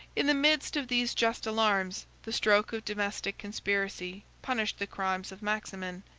in the midst of these just alarms, the stroke of domestic conspiracy punished the crimes of maximin,